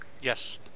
Yes